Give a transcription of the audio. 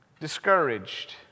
Discouraged